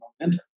momentum